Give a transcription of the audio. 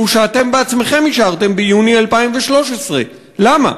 שאתם בעצמכם אישרתם ביוני 2013. למה?